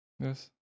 Yes